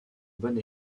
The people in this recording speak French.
bon